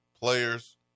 players